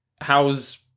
how's